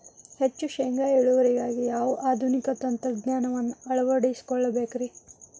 ಹೆಚ್ಚು ಶೇಂಗಾ ಇಳುವರಿಗಾಗಿ ಯಾವ ಆಧುನಿಕ ತಂತ್ರಜ್ಞಾನವನ್ನ ಅಳವಡಿಸಿಕೊಳ್ಳಬೇಕರೇ?